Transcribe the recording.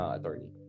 Attorney